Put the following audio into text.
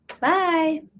Bye